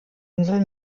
insel